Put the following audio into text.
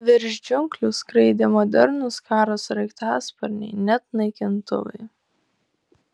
virš džiunglių skraidė modernūs karo sraigtasparniai net naikintuvai